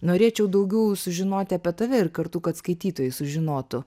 norėčiau daugiau sužinoti apie tave ir kartu kad skaitytojai sužinotų